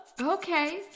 Okay